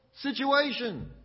situation